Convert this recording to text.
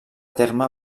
terme